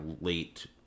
late